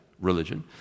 religion